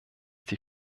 die